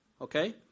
Okay